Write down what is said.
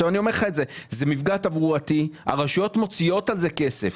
זה מפגע תברואתי; הרשויות מוציאות על זה כסף,